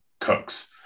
Cooks